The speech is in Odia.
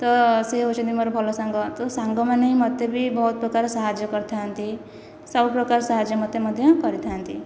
ତ ସେ ହେଉଛନ୍ତି ମୋର ଭଲ ସାଙ୍ଗ ତ ସାଙ୍ଗମାନେ ମୋତେ ବି ବହୁତ ପ୍ରକାର ସାହାଯ୍ୟ କରିଥାନ୍ତି ସବୁପ୍ରକାର ସାହାଯ୍ୟ ମୋତେ ମଧ୍ୟ କରିଥାନ୍ତି